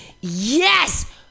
Yes